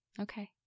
Okay